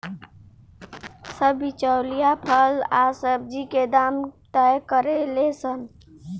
सब बिचौलिया फल आ सब्जी के दाम तय करेले सन